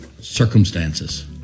circumstances